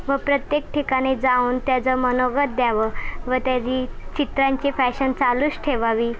व प्रत्येक ठिकाणी जाऊन त्याचं मनोगत द्यावं व त्याची चित्रांची फॅशन चालूच ठेवावी